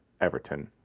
Everton